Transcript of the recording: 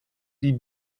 die